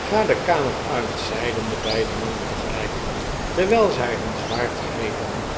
ga de kamer uit zeiden de beide mannen tegelijk terwijl zij hun zwaard grepen